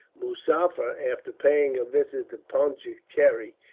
muzaffar, after paying a visit to pondicherry,